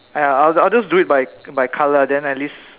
!aiya! I'll I'll just do it by by colour then at least